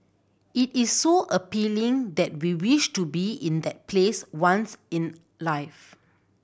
it is so appealing that we wish to be in that place once in life